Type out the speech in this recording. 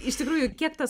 iš tikrųjų kiek tas